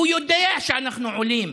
הוא יודע שאנחנו עולים.